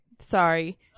sorry